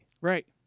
Right